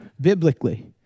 biblically